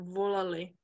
volali